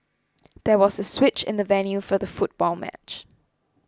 there was a switch in the venue for the football match